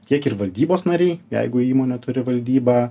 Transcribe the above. tiek ir valdybos nariai jeigu įmonė turi valdybą